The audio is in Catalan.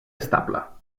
estable